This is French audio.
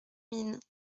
mines